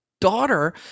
daughter